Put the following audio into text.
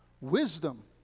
Wisdom